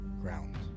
ground